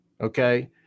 Okay